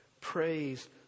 praise